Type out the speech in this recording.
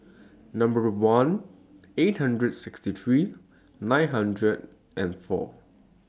Number one eight hundred sixty three nine hundred and four